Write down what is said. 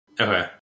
Okay